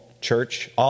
church